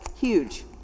Huge